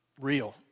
real